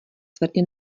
tvrdě